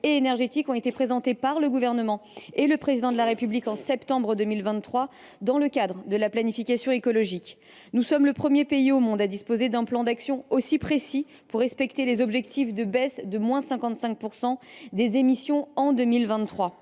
la France ont été présentées par le Gouvernement et le Président de la République au mois de septembre 2023 dans le cadre de la planification écologique. Nous sommes le premier pays au monde à disposer d’un plan d’action aussi précis pour respecter l’objectif de diminuer de 55 % nos émissions en 2023.